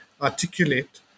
articulate